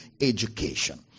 education